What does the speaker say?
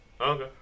Okay